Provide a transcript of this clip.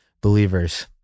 believers